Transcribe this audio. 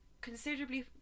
considerably